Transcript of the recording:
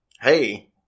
hey